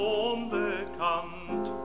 unbekannt